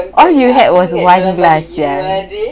all you had was one glass [sial]